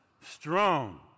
strong